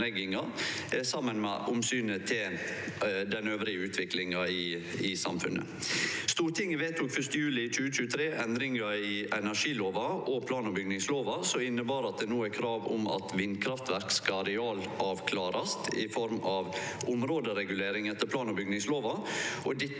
saman med omsynet til utviklinga elles i samfunnet. Stortinget vedtok 1. juli 2023 endringar i energilova og plan- og bygningslova som inneber at det no er krav om at vindkraftverk skal arealavklarast i form av områderegulering etter plan- og bygningslova.